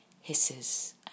hisses